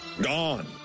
Gone